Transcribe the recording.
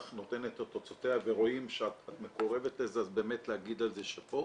נותנת את תוצאותיה ורואים שאת מקורבת לזה אז באמת להגיד על זה שאפו.